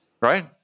Right